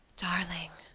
darling,